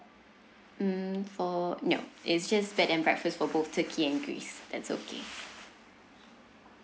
mm for no it's just bed and breakfast for both turkey and greece that's okay